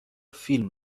فیلم